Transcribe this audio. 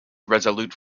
irresolute